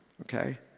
okay